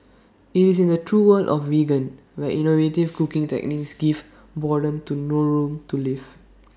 IT is in the true world of vegan where innovative cooking techniques give boredom to no room to live